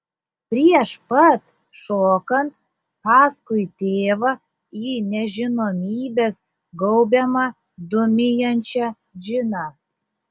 prieš pat šokant paskui tėvą į nežinomybės gaubiamą dūmijančią džiną